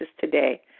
today